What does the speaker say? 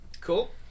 Cool